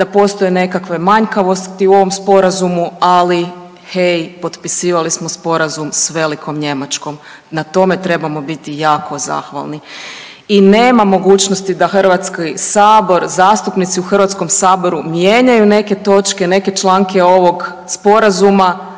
da postoje nekakve manjkavosti u ovom Sporazumu ali hej, potpisivali smo sporazum s velikom Njemačkom, na tome trebamo biti jako zahvalni. I nema mogućnosti da Hrvatski sabor, zastupnici u Hrvatskom saboru mijenjaju neke točke, neke članke ovoga Sporazuma